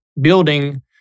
building